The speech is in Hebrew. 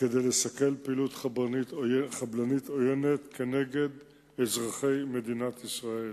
כדי לסכל פעילות חבלנית עוינת נגד אזרחי מדינת ישראל.